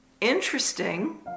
interesting